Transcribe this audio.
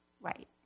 Right